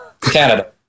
Canada